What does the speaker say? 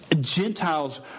Gentiles